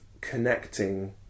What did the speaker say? connecting